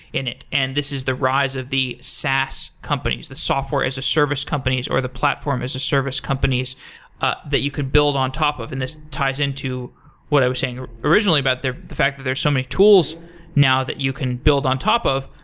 and and this is the rise of the sas companies, the software as a service companies, or the platform as a service companies ah that you could build on top of, and this ties into what i was saying originally about the fact that there are so many tools now that you can build on top of.